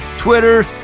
twitter,